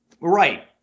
Right